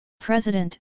President